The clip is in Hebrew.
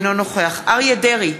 אינו נוכח אריה דרעי,